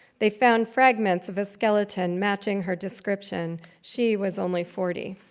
they found fragments of a skeleton matching her description. she was only forty.